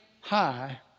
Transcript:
high